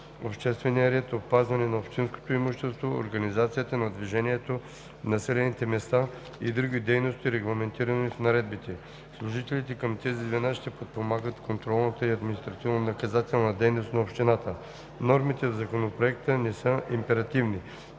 обществения ред, опазване на общинското имущество, организацията на движението в населените места и други дейности, регламентирани в наредбите. Служителите към тези звена ще подпомагат контролната и административнонаказателната дейност на общината. Нормите в Законопроекта не са императивни.